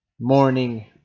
morning